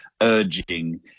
urging